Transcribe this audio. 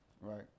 Right